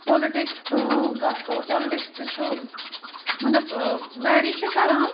politics کَتھ کَرو politics تہِ چھُ مطلب ویری چھِ کران